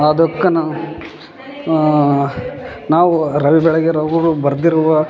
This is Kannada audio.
ಅದಕ್ಕೆ ನಾ ನಾವು ರವಿ ಬೆಳೆಗೆರೆ ಅವರು ಬರ್ದಿರುವ